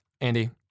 Andy